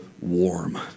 warm